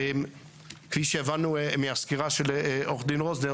כפי שהבנו מהסקירה של עורך הדין רוזנר,